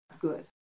good